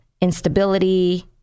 instability